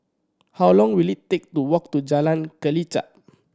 how long will it take to walk to Jalan Kelichap